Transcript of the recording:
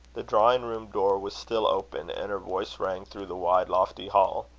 the drawing-room door was still open, and her voice rang through the wide lofty hall.